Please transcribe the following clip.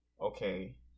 Okay